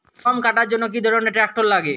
গম কাটার জন্য কি ধরনের ট্রাক্টার লাগে?